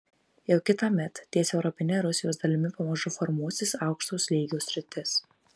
jau kitąmet ties europine rusijos dalimi pamažu formuosis aukšto slėgio sritis